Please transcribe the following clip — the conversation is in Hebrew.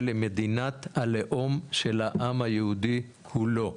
היא מדינת הלאום של העם היהודי כולו.